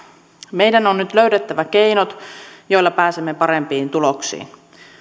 meidän on nyt löydettävä keinot joilla pääsemme parempiin tuloksiin